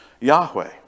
Yahweh